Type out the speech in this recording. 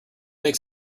makes